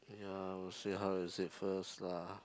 ya we will see how is it first lah